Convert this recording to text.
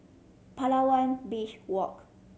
Palawan Beach Walk